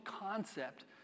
concept